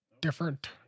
different